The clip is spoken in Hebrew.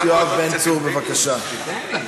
חבר הכנסת פרוש, תרד מהדוכן.